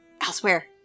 Elsewhere